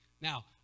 now